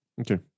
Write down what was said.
okay